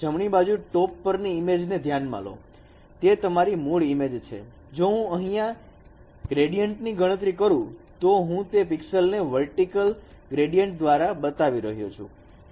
જમણી બાજુ ટોચ પરની ઇમેજને ધ્યાનમાં લો તે તમારી મૂળ ઈમેજ છે જો હું અહીંયા gradient ની ગણતરી કરું તો હું તે પિક્સેલ્સ ને વર્ટિકલ ગ્રેડીયાન્ટસ દ્વારા બતાવી રહ્યો છું